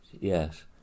Yes